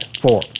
four